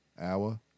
hour